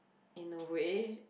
in a way